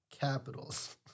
Capitals